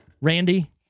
Randy